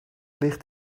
ligt